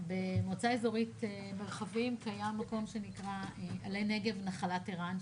במועצה אזורית מרחבים קיים מקום שנקרא עלה נגב-נחלת ערן,